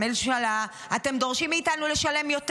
לממשלה: אתם דורשים מאיתנו לשלם יותר?